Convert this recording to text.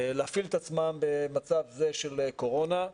להפעיל את עצמם במצב זה של קורונה,